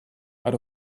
out